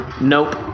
Nope